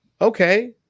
Okay